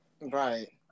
Right